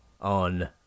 on